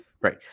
Right